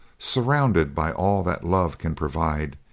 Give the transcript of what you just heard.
surrounded by all that love can provide,